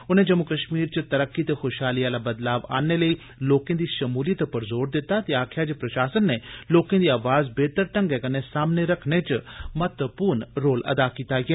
उने जम्मू कष्मीर च तरक्की ते खुषहाली आला बदलाव आनने लेई लोके दी षमूलियत पर जोर दित्ता ते आक्खेआ जे प्रषासन नै लोकें दी आवाज़ बेहतर ढंगै कन्नै सामने रखने च महत्वपूर्ण रोल अदा कीता ऐ